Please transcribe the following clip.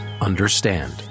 understand